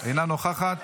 אינה נוכחת.